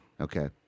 Okay